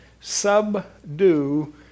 subdue